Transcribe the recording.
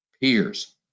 Peers